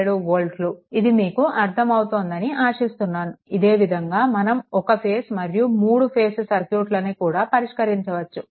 27 వోల్ట్లు ఇది మీకు అర్థం అవుతోందని ఆశిస్తున్నాను ఇదే విధంగా మనం ఒక ఫేస్ మరియు 3 ఫేస్ సర్క్యూట్లను కూడా పరిష్కరించవచ్చు